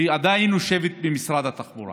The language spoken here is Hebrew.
והיא עדיין יושבת במשרד התחבורה.